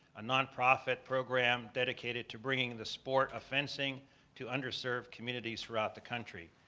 a nonprofit program dedicated to bringing the sport of fencing to underserved communities throughout the country.